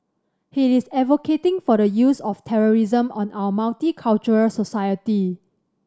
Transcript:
he is advocating for the use of terrorism on our multicultural society